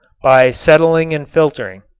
by settling and filtering.